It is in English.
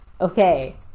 Okay